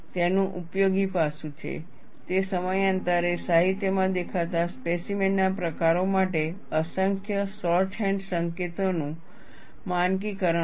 તેનું ઉપયોગી પાસું છે તે સમયાંતરે સાહિત્ય માં દેખાતા સ્પેસીમેન ના પ્રકારો માટે અસંખ્ય શૉર્ટહેન્ડ સંકેતોનું માનકીકરણ છે